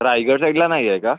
रायगड साईडला नाही आहे का